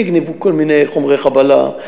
נגנבו כל מיני חומרי חבלה,